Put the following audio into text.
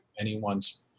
anyone's